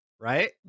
Right